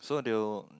so they will